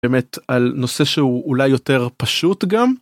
באמת על נושא שהוא אולי יותר פשוט גם.